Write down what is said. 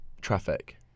traffic